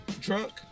drunk